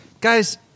Guys